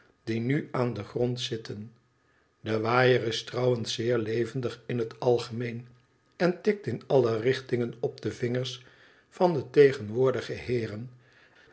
die nu aan den grond zitten de waaier is trouwens zeer levendig in het algemeen en tikt in alle richtingen op de vingers van de tegenwoordige heeren